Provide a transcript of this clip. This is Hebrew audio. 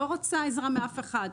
לא רוצה עזרה מאף אחד.